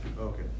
Okay